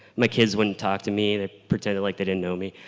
my kids wouldn't talk to me, they pretended like they didn't know me.